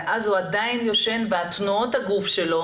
ואז הוא עדיין ישן ותנועות הגוף שלו